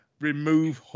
remove